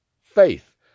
Faith